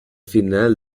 final